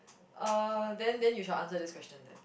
uh then then you shall answer this question then